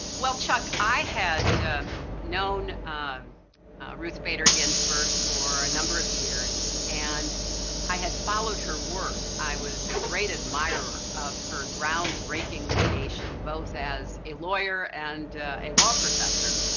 well, chuck, i had known ruth bader ginsburg for a number of years, and i had followed her work. i was a great admirer of her groundbreaking litigation both as a lawyer and a law professor,